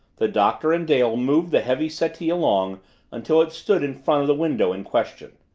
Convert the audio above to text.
the doctor and dale moved the heavy settee along until it stood in front of the window in question.